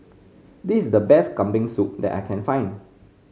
this is the best Kambing Soup that I can find